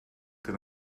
can